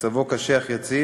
מצבו קשה אך יציב,